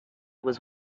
was